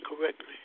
correctly